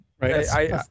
right